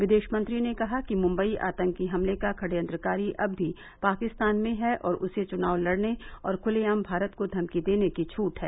विदेश मंत्री ने कहा कि मुम्बई आतंकी हमले का षडयंत्रकारी अब भी पाकिस्तान में है और उसे चुनाव लड़ने और ख्लेआम भारत को धमकी देने की छूट है